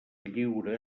lliure